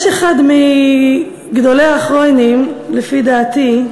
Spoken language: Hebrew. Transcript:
יש אחד מגדולי האחרונים, לפי דעתי,